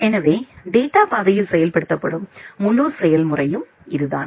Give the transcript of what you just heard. எனவே டேட்டா பாதையில் செயல்படுத்தப்படும் முழு செயல்முறையும் இதுதான்